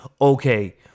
okay